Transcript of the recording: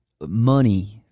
money